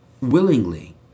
willingly